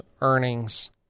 earnings